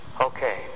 Okay